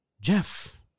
Jeff